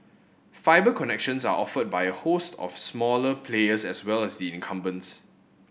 fibre connections are offered by a host of smaller players as well as the incumbents